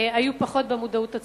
היו פחות במודעות הציבורית,